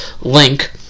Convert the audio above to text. link